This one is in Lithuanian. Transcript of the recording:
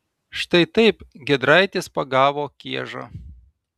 štai taip giedraitis pagavo kiežą